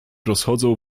rozchodzą